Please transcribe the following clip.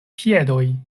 piedoj